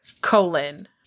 colon